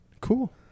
cool